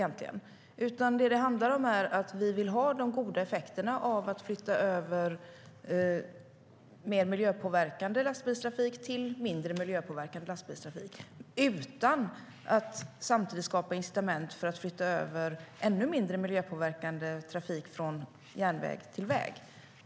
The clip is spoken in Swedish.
Vad det handlar om är att vi vill ha de goda effekterna av att flytta över mer miljöpåverkande lastbilstrafik till mindre miljöpåverkande lastbilstrafik utan att samtidigt skapa incitament för att flytta över ännu mindre miljöpåverkande trafik från järnväg till väg.